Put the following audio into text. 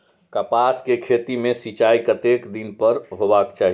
कपास के खेती में सिंचाई कतेक दिन पर हेबाक चाही?